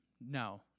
no